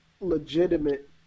legitimate